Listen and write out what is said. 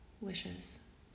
wishes